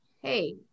Hey